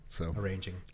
Arranging